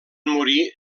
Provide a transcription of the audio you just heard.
morir